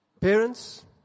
Parents